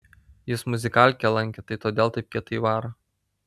jis muzikalkę lankė tai todėl taip kietai varo